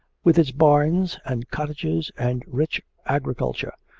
with its barns and cottages and rich agriculture,